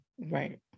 Right